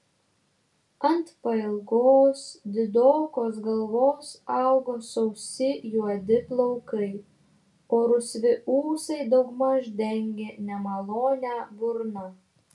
ant pailgos didokos galvos augo sausi juodi plaukai o rusvi ūsai daugmaž dengė nemalonią burną